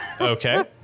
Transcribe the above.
Okay